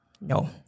no